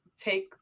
take